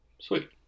sweet